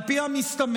על פי המסתמן,